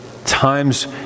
Times